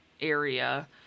area